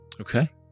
Okay